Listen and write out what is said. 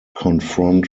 confront